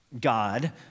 God